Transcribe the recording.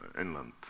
inland